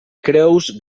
creus